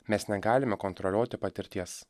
mes negalime kontroliuoti patirties